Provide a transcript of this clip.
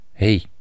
Hey